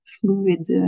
fluid